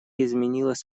изменилась